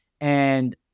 And-